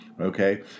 Okay